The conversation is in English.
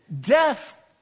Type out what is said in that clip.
Death